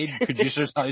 producers